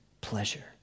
pleasure